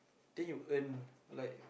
then you earn like